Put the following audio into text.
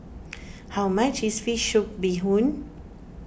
how much is Fish Soup Bee Hoon